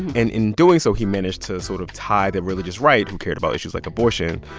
and in doing so, he managed to sort of tie the religious right, who cared about issues like abortion,